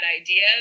idea